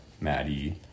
Maddie